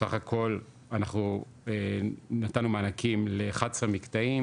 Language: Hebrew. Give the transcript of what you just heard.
סך הכל אנחנו נתנו מענקים ל- 11 מקטעים,